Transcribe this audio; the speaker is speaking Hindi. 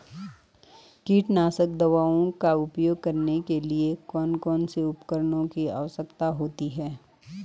कीटनाशक दवाओं का उपयोग करने के लिए कौन कौन से उपकरणों की आवश्यकता होती है?